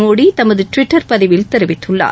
மோடி தமது ட்விட்டர் பதிவில் தெரிவித்துள்ளார்